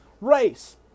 race